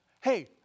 Hey